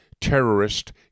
terrorist